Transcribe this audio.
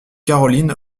caroline